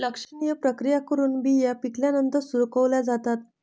लक्षणीय प्रक्रिया करून बिया पिकल्यानंतर सुकवल्या जातात